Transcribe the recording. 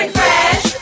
fresh